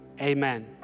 Amen